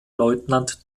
leutnant